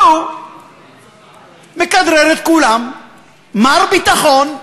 והוא מכדרר את כולם, מר ביטחון,